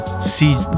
see